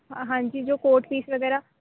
ਹਾਂਜੀ ਜੋ court fees ਵਗੈਰਾ